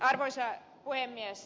arvoisa puhemies